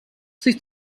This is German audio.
sich